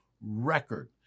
record